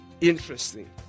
interesting